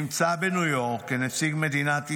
בניו יורק כנציג מדינת ישראל,